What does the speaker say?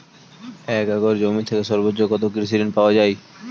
এক একর জমি থেকে সর্বোচ্চ কত কৃষিঋণ পাওয়া য়ায়?